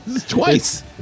Twice